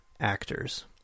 actors